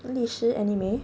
lishi anime